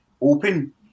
open